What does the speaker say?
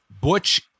Butch